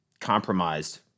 compromised